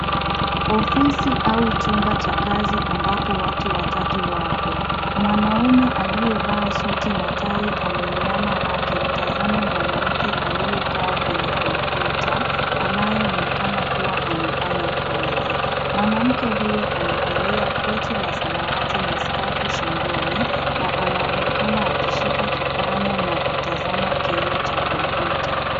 Ofisi au chumba cha kazi ambapo watu watatu wapo. Mwanaume aliyevaa suti na tai ameinama akimtazama mwanamke aliyekaa kwenye kompyuta anayeonekana kuwa anafanya kazi. Mwanamke huyo amevalia koti la samawati na skafu shingoni na anaonekana akishika kipanya na kutazama kioo cha Kompyuta.